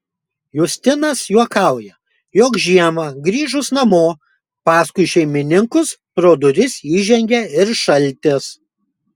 justinas juokauja jog žiemą grįžus namo paskui šeimininkus pro duris įžengia ir šaltis